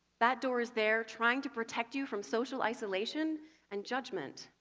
that door is there trying to protect you from social isolation and judgement.